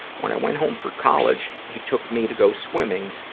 when i went home for college, he took me to go swimming,